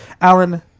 alan